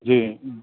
जी